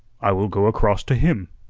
i will go across to him.